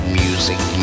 music